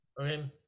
Okay